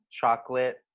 chocolate